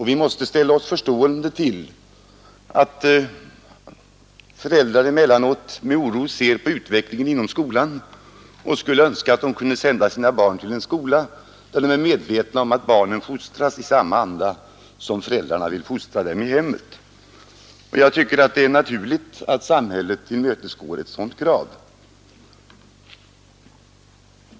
Vi måste ställa oss förstående till att föräldrar emellanåt med oro ser på utvecklingen inom skolan och att de önskar att de kunde sända sina barn till en skola där de vet att barnen fostras i samma anda som i hemmet. Det är naturligt att samhället tillmötesgår ett sådant krav.